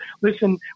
listen